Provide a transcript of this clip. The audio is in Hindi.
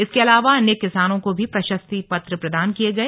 इसके अलावा अन्य किसानों को भी प्रशस्ति पत्र प्रदान किये गए